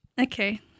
Okay